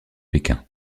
pékin